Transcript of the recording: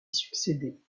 succéder